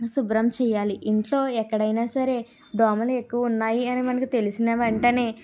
సుభ్రం చేయాలి ఇంట్లో ఎక్కడైన సరే దోమలు ఎక్కువ ఉన్నాయని అని మనకి తెలిసిన వెంటనే